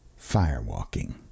firewalking